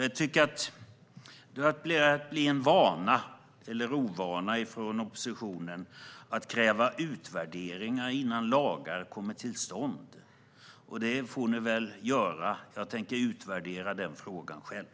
Jag tycker att det börjar bli en vana - eller en ovana - från oppositionens sida att kräva utvärderingar innan lagar kommer till stånd. Ni får väl göra det; jag tänker utvärdera den frågan själv.